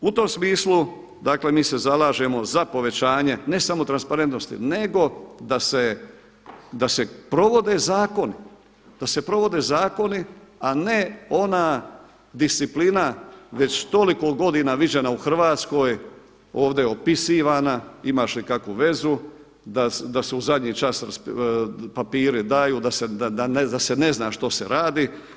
U tom smislu dakle mi se zalažemo za povećanje, ne samo transparentnosti nego da se provode zakoni, da se provode zakoni a ne ona disciplina već toliko godina viđena u Hrvatskoj, ovdje opisivana, imaš li kakvu vezu da se u zadnji čas papiri daju, da se ne zna što se radi.